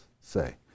say